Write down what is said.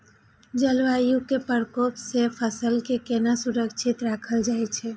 जलवायु के प्रकोप से फसल के केना सुरक्षित राखल जाय छै?